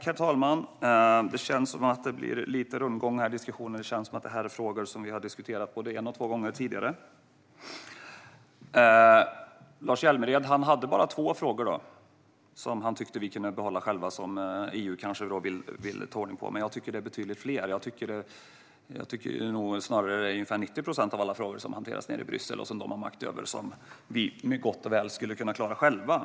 Herr talman! Det känns som att det blir lite rundgång i diskussionen och som att detta är frågor vi har diskuterat både en och två gånger tidigare. Lars Hjälmered hade bara två frågor som han tycker att vi kan behålla själva men som EU kanske vill ta över. Jag tycker dock att det är betydligt fler; jag tycker snarare att det är ungefär 90 procent av alla frågor som hanteras nere i Bryssel och som man har makt över där som vi gott och väl skulle kunna klara själva.